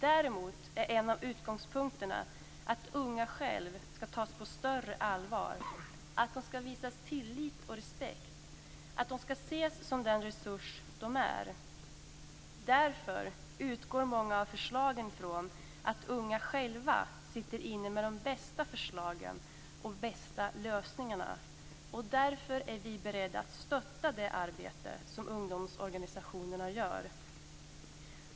Däremot är en av utgångspunkterna att de unga själva ska tas på större allvar, att de ska visas tillit och respekt och att de ska ses som den resurs de är. Därför utgår många av förslagen från att de unga själva sitter inne med de bästa förslagen och de bästa lösningarna och därför är vi beredda att stötta det arbete som ungdomsorganisationerna gör.